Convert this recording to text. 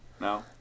No